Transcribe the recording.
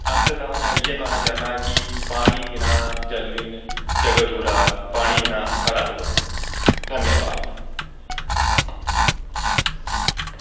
अंतता में इयै कहना चाह्ना की पानी बिना जल बिन जग अधूरा पानी बिना साढ़ा पूरा धन्यबाद